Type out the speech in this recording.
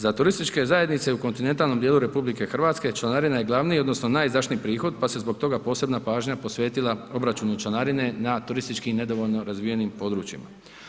Za turističke zajednice u kontinentalnom dijelu RH, članarina je glavni odnosno najizdašniji prihod, pa se zbog toga posebna pažnja posvetila obračunu članarine na turistički nedovoljno razvijenim područjima.